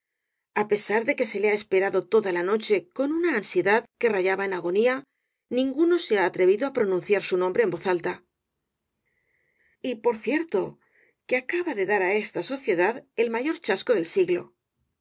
á pesar de que se le ha esperado toda la noche con una ansiedad que rayaba en agonía ninguno se ha atrevido á pronunciar su nombre en voz alta y por cierto que acaba de dar á esta sociedad el mayor chasco del siglo